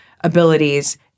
abilities